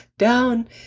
down